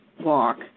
walk